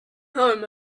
home